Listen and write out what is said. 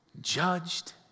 judged